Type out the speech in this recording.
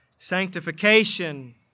Sanctification